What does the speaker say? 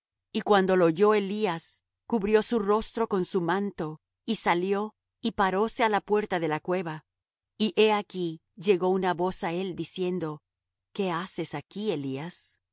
y cuando lo oyó elías cubrió su rostro con su manto y salió y paróse á la puerta de la cueva y he aquí llegó una voz á él diciendo qué haces aquí elías